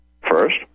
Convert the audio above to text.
First